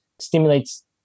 stimulates